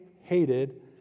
hated